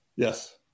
Yes